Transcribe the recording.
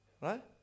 right